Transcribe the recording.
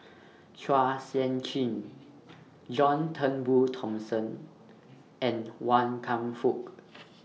Chua Sian Chin John Turnbull Thomson and Wan Kam Fook